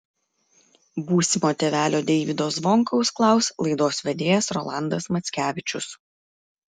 būsimo tėvelio deivydo zvonkaus klaus laidos vedėjas rolandas mackevičius